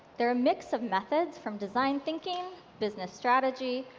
there are a mix of methods from design thinking, business strategy,